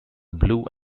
blue